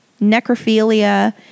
necrophilia